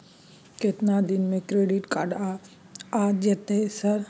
केतना दिन में क्रेडिट कार्ड आ जेतै सर?